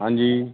ਹਾਂਜੀ